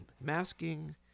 masking